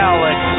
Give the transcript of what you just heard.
Alex